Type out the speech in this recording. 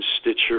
Stitcher